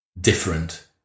different